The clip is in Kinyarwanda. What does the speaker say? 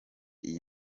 iyi